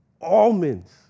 almonds